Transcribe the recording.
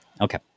Okay